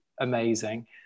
amazing